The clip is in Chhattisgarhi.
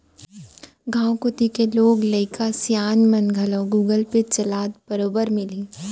गॉंव कोती के लोग लइका सियान मन घलौ गुगल पे चलात बरोबर मिलहीं